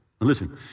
listen